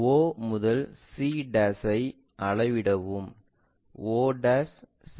O to c ஐ அளவிடவும் o c அதை வரையவும்